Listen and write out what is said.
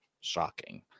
shocking